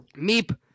Meep